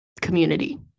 community